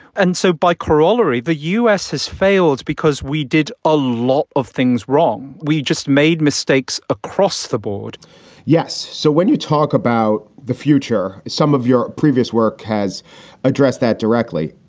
and so by corollary, the us has failed because we did a lot of things wrong. we just made mistakes across the board yes. so when you talk about the future, some of your previous work has addressed that directly.